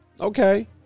Okay